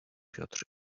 piotr